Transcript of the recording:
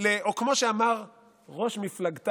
"מפלגת